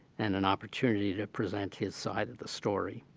and an opportunity to present his side of the story.